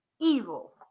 evil